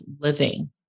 living